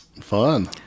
fun